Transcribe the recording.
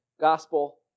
Gospel